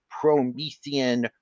Promethean